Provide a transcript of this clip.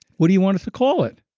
what do you want us to call it?